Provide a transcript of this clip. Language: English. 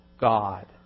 God